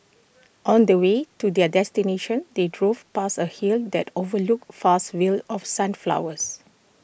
on the way to their destination they drove past A hill that overlooked vast fields of sunflowers